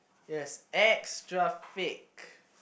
yes extra fake